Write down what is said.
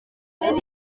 hari